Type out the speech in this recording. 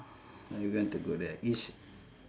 and we want to go there it's